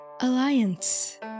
Alliance